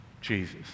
Jesus